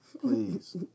Please